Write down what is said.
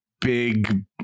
big